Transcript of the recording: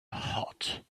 hot